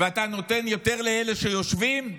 ואתה נותן יותר לאלה שיושבים,